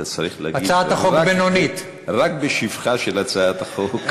אתה צריך להגיד רק בשבחה של הצעת החוק.